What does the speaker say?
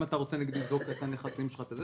אם אתה רוצה לבדוק את הנכסים שלך וכולי,